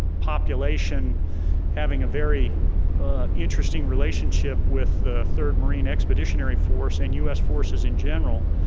population having a very interesting relationship with the third marine expeditionary force and us forces in general,